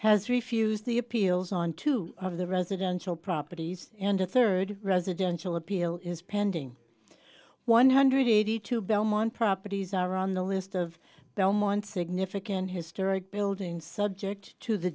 has refused the appeals on two of the residential properties and a third residential appeal is pending one hundred eighty two belmont properties are on the list of belmont significant historic buildings subject to the